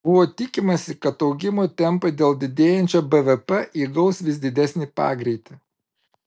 buvo tikimasi kad augimo tempai dėl didėjančio bvp įgaus vis didesnį pagreitį